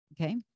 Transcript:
Okay